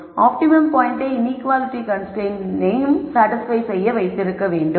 optimum பாயிண்டை இன்ஈக்குவாலிட்டி கண்டிஷனையும் சாடிஸ்பய் செய்ய வைத்திருக்க வேண்டும்